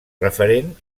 referent